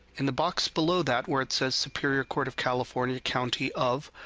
in the box below. that where it says superior court of california county of,